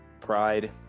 pride